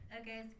Okay